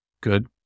good